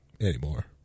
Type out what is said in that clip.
anymore